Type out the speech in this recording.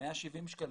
170 שקלים,